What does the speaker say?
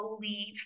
believe